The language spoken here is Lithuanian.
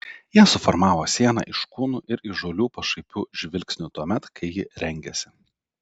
jie suformavo sieną iš kūnų ir įžūlių pašaipių žvilgsnių tuomet kai ji rengėsi